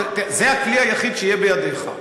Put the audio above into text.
וזה הכלי היחיד שיהיה בידיך,